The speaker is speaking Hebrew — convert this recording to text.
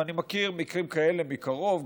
ואני מכיר מקרים כאלה מקרוב,